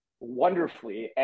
wonderfully